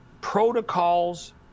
protocols